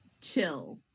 chill